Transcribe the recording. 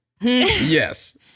Yes